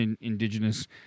Indigenous